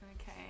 Okay